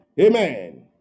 Amen